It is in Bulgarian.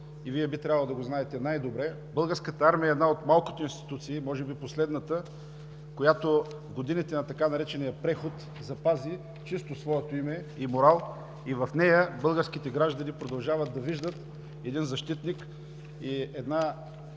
и Вие би трябвало да го знаете най-добре – Българската армия е една от малкото институции, може би последната, която в годините на така наречения „преход“ запази чисто своето име и морал, и в нея българските граждани продължават да виждат един защитник и една